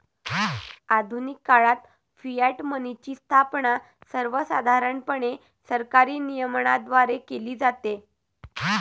आधुनिक काळात फियाट मनीची स्थापना सर्वसाधारणपणे सरकारी नियमनाद्वारे केली जाते